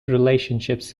relationships